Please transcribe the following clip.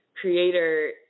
creator